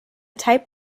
type